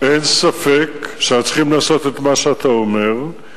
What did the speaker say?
אין ספק שאנחנו צריכים לעשות את מה שאתה אומר,